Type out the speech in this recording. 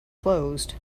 closed